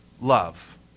love